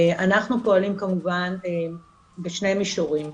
אנחנו פועלים כמובן בשני מישורים,